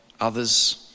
others